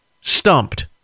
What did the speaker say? stumped